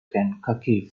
kankakee